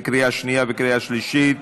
בקריאה שנייה וקריאה שלישית.